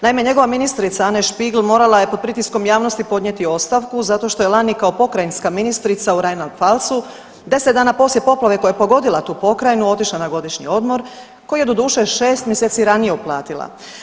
Naime, njegova ministrica Anne Spiegel morala je pod pritiskom javnosti podnijeti ostavku zato što je lani kao pokrajinska ministrica u … [[Govornica se ne razumije.]] 10 dana poslije poplave koja je pogodila tu pokrajinu otišla na godišnji odmor koji je doduše 6 mjeseci ranije uplatila.